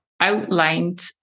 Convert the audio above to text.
outlined